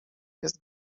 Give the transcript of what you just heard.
jest